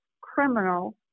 criminal